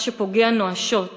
מה שפוגע נואשות